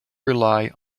rely